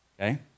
okay